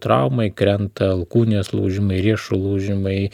traumai krenta alkūnės lūžimai riešų lūžimai